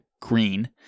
green